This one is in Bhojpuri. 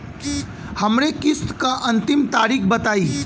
हमरे किस्त क अंतिम तारीख बताईं?